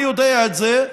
אני יודע את זה,